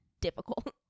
difficult